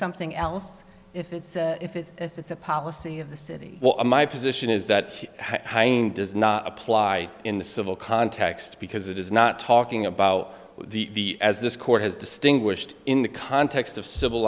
something else if it's if it's if it's a policy of the city well my position is that does not apply in the civil context because it is not talking about the as this court has distinguished in the context of civil